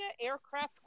Aircraft